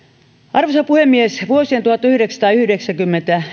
arvoisa puhemies vuosien tuhatyhdeksänsataayhdeksänkymmentä